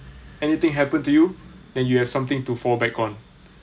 anything happen to you then you have something to fall back on